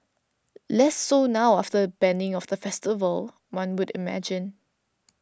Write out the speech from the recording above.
less so now after the banning of the festival one would imagine